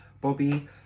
bobby